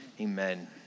Amen